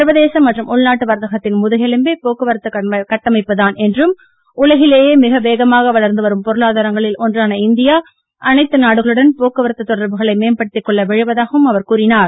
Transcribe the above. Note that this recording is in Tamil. சர்வதேச மற்றும் உள்நாட்டு வர்த்தகத்தின் முதுகெலும்பே போக்குவரத்து கட்டமைப்பு தான் என்றும் உலகிலேயே மிக வேகமாக வளர்ந்து வரும் பொருளாதாரங்களில் ஒன்றான இந்தியா அனைத்து நாடுகளுடன் போக்குவரத்து தொடர்புகளை மேம்படுத்திக் கொள்ள விழைவதாகவும் அவர் கூறினார்